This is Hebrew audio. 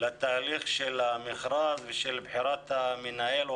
לתהליך של המכרז ושל בחירת המנהל או